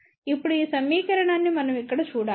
ఇప్పుడు ఈ సమీకరణాన్ని మనం ఇక్కడ చూడాలి